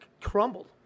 crumbled